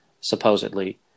supposedly